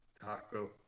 taco